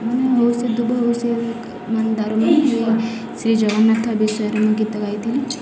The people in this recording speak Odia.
ମାନେ ହଉଛି ଦୁବ ହଉଛି ମାନେ ଦାରୁ ଶ୍ରୀ ଜଗନ୍ନାଥ ବିଷୟରେ ମୁଁ ଗୀତ ଗାଇଥିଲି